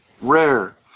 Rare